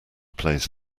plays